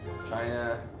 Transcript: China